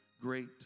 great